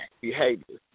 behavior